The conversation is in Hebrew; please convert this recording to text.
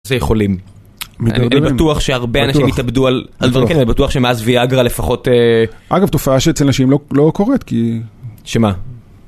איזה יכולים, אני בטוח שהרבה אנשים יתאבדו על דברים כאלה, אני בטוח שמאז ויאגרה לפחות... אגב תופעה שאצל נשים לא קורית כי... שמה?